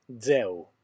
zeu